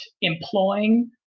employing